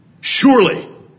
Surely